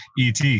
ET